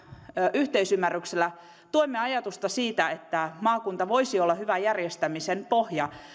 yhteisymmärryksellä tuemme ajatusta siitä että maakunta voisi olla hyvä järjestämisen pohja